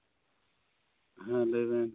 ᱦᱮᱸ ᱞᱟᱹᱭ ᱵᱮᱱ